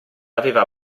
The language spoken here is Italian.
aveva